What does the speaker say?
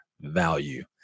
value